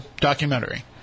documentary